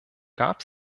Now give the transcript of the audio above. gab